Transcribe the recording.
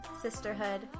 sisterhood